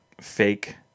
fake